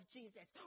Jesus